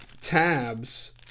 tabs